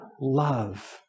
love